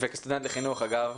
וכסטודנט לחינוך אגב,